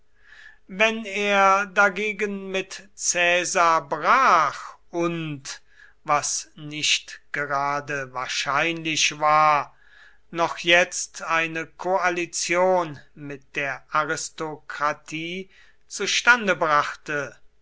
wenn er dagegen mit caesar brach und was nicht gerade wahrscheinlich war noch jetzt eine koalition mit der aristokratie zustande brachte